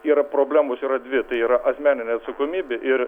yra problemos yra dvi tai yra asmeninė atsakomybė ir